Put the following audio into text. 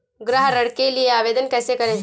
गृह ऋण के लिए आवेदन कैसे करें?